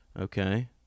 Okay